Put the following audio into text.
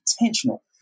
intentional